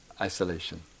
isolation